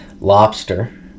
lobster